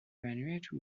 vanuatu